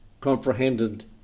comprehended